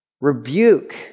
Rebuke